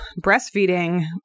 breastfeeding